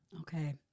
Okay